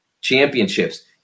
championships